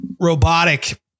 robotic